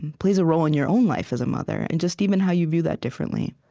and plays a role in your own life as a mother and just even how you view that differently